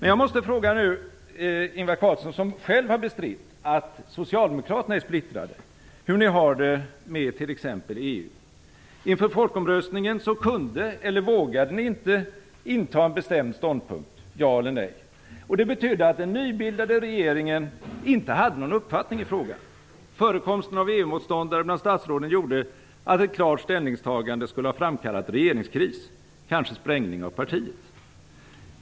Nu måste jag fråga Ingvar Carlsson - som själv har bestritt att socialdemokraterna är splittrade - hur ni har det med t.ex. EU. Inför folkomröstningen kunde eller vågade ni inte inta en bestämd ståndpunkt - ja eller nej. Det betydde att den nybildade regeringen inte hade någon uppfattning i frågan. Förekomsten av EU-motståndare bland statsråden gjorde att ett klart ställningstagande skulle ha framkallat en regeringskris och kanske en sprängning av partiet.